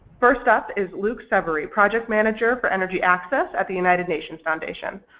first up is luc severi, project manager for energy access at the united nations foundation.